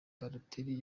balotelli